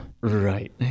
Right